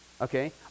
okay